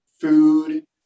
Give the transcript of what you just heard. food